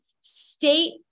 state